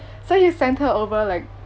so he send her over like